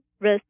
risk